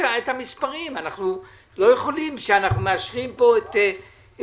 אני מתכבד לפתוח את הישיבה.